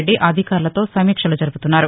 రెడ్డి అధికారులతో సమీక్షలు జరుపుతున్నారు